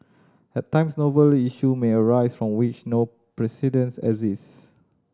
at times novel issue may arise from which no precedents exist